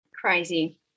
crazy